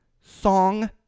song